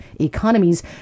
economies